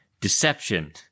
Deception